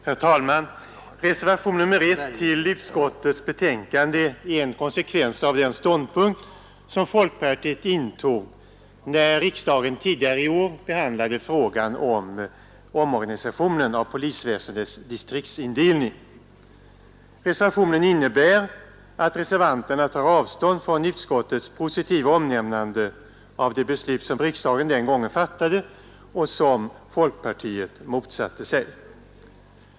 Herr talman! Reservationen 1 till utskottets betänkande är en konsekvens av den ståndpunkt som folkpartiet intog när riksdagen tidigare i år behandlade frågan rörande omorganisationen av polisväsendets distriktsindelning. Reservationen innebär att reservanterna tar avstånd från utskottets positiva omnämnande av det beslut som riksdagen den gången fattade och som folkpartiet motsatte sig.